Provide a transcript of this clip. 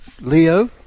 Leo